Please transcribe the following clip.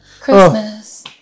Christmas